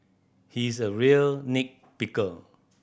he is a real nit picker